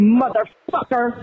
motherfucker